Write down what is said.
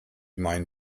mein